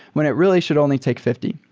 when it really should only take fifty.